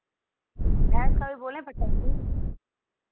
भैंस का भी बोले पचास ही